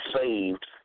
saved